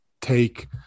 take